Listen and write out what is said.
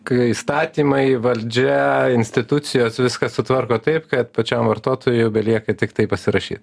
kai įstatymai valdžia institucijos viską sutvarko taip kad pačiam vartotojui jau belieka tiktai pasirašyt